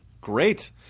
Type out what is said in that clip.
Great